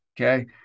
Okay